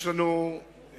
יש לנו עבודה.